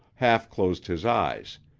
half-closed his eyes,